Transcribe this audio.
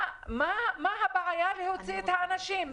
מה הבעיה להוציא את האנשים?